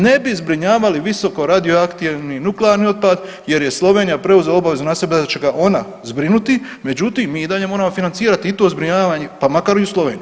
Ne bi zbrinjavali visokoradioaktivni nuklearni otpad jer je Slovenija preuzela obavezu na sebe da će ga ona zbrinuti, međutim mi i dalje moramo financirati i to zbrinjavanje pa makar i u Sloveniji.